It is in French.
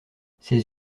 ses